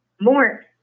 more